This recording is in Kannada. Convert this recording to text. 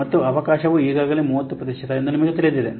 ಮತ್ತು ಅವಕಾಶವು ಈಗಾಗಲೇ 30 ಪ್ರತಿಶತ ಎಂದು ನಿಮಗೆ ತಿಳಿದಿದೆ